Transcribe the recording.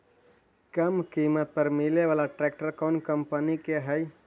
कम किमत पर मिले बाला ट्रैक्टर कौन कंपनी के है?